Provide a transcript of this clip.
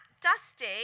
Dusty